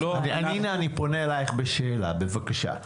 הינה אני פונה אלייך בשאלה, בבקשה.